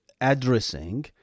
addressing